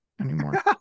anymore